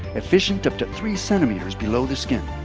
efficient up to three centimeters below the skin.